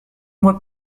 mois